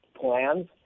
plans